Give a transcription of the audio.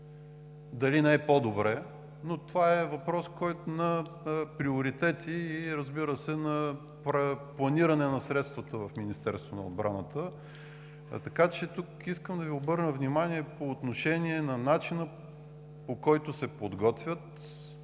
Дали не е по-добре? Но това е въпрос на приоритети и, разбира се, на планиране на средствата в Министерството на отбраната. Тук искам да Ви обърна внимание по отношение на начина, по който се подготвят процедурите,